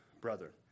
brother